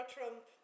Trump